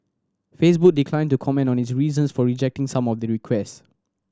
Facebook declined to comment on its reasons for rejecting some of the request